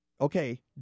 Okay